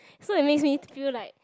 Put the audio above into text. so it makes me feel like